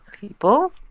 people